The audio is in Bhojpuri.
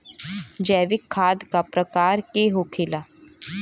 जैविक खाद का प्रकार के होखे ला?